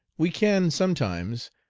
we can sometimes,